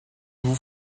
vous